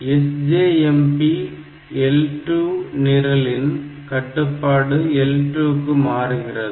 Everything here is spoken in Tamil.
SJMP L2 நிரலின் கட்டுப்பாடு L2 க்கு மாறுகிறது